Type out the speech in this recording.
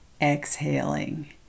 exhaling